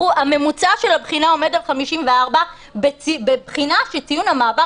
הממוצע של הבחינה עומד על 54 בבחינה שציון המעבר